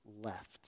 left